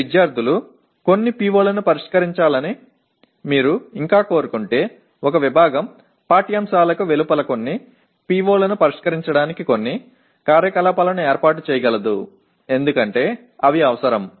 మీ విద్యార్థులు కొన్ని PO లను పరిష్కరించాలని మీరు ఇంకా కోరుకుంటే ఒక విభాగం పాఠ్యాంశాలకు వెలుపల కొన్ని PO లను పరిష్కరించడానికి కొన్ని కార్యకలాపాలను ఏర్పాటు చేయగలదు ఎందుకంటే అవి అవసరం